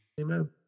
Amen